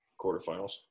quarterfinals